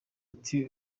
ati